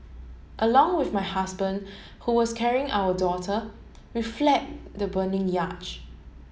along with my husband who was carrying our daughter we fled the burning yacht